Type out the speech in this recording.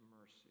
mercy